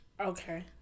Okay